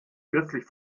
kürzlich